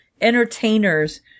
entertainers